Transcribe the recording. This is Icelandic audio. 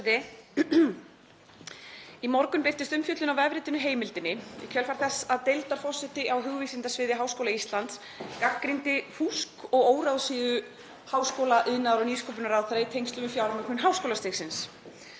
Í morgun birtist umfjöllun á vefritinu Heimildinni, í kjölfar þess að deildarforseti á hugvísindasviði Háskóla Íslands gagnrýndi fúsk og óráðsíu háskóla-, iðnaðar- og nýsköpunarráðherra í tengslum við fjármögnun háskólastigsins.